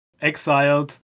exiled